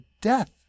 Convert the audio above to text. death